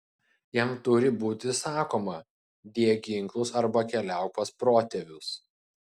jam turi būti sakoma dėk ginklus arba keliauk pas protėvius